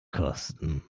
kosten